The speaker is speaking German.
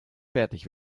fertig